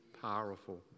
powerful